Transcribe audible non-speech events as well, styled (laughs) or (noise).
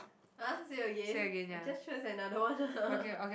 !ah! say again I just choose another one (laughs)